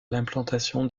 l’implantation